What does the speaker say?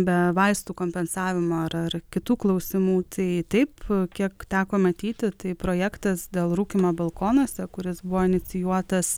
be vaistų kompensavimo ar ar kitų klausimų tai taip kiek teko matyti tai projektas dėl rūkymo balkonuose kuris buvo inicijuotas